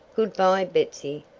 good-bye, betsy,